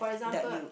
that you